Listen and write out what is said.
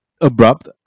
abrupt